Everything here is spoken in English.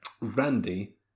Randy